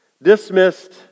Dismissed